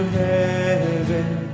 heaven